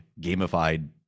gamified